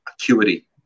acuity